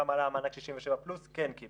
כמה עלה המענק 67 פלוס, כן קיבלנו.